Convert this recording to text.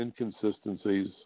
inconsistencies